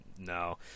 No